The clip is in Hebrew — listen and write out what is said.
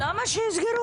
לא, למה שיסגרו?